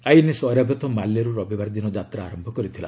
INS Airavat ମାଲେରୁ ରବିବାରଦିନ ଯାତ୍ରା ଆରମ୍ଭ କରିଥିଲା